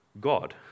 God